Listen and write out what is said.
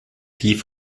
die